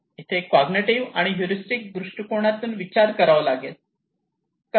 इथे कॉग्निटिव्ह आणि ह्युरीस्टिक दृष्टिकोनातून विचार करावा लागेल